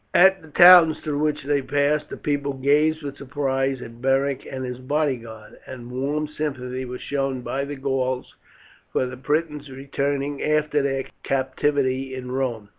at the towns through which they passed the people gazed with surprise at beric and his bodyguard, and warm sympathy was shown by the gauls for the britons returning after their captivity in rome.